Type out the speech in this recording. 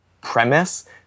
premise